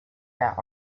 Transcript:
down